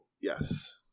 Yes